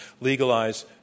legalize